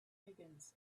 higgins